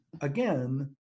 again